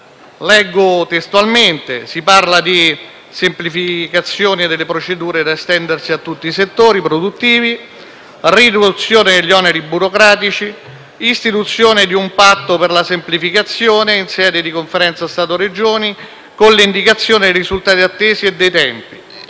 leggo testualmente - di semplificazione delle procedure da estendersi a tutti i settori produttivi; riduzione degli oneri burocratici; istituzione di un patto per la semplificazione in sede di Conferenza Stato-Regioni con l'indicazione dei risultati attesi e dei tempi;